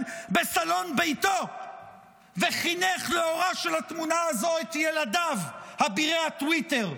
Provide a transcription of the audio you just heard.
בסלון ביתו וחינך לאורה של התמונה הזו את ילדיו אבירי הטוויטר.